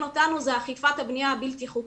אותנו זה אכיפת הבניה הבלתי חוקית.